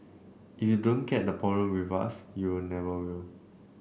if you don't get the problem with us you'll never will